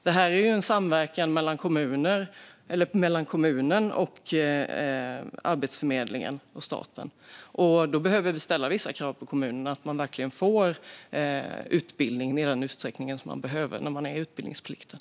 Det är en samverkan mellan kommunen, Arbetsförmedlingen och staten, och då behöver vi ställa vissa krav på kommunen så att de utbildningspliktiga verkligen får utbildning i den utsträckning som de behöver.